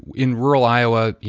in rural iowa, you